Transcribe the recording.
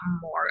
more